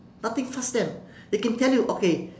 nothing fuzz them they can tell you okay